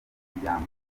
imiryango